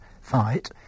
fight